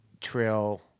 trail